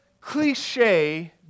cliche